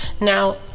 now